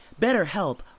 BetterHelp